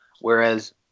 whereas